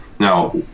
Now